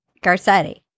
Garcetti